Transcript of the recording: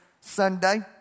Sunday